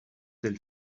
tel